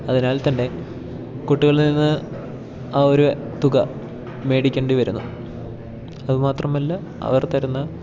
അതിനാൽ തന്നെ കുട്ടികളിൽനിന്ന് ആ ഒരു തുക മേടിക്കേണ്ടി വരുന്നു അതുമാത്രമല്ല അവർ തരുന്ന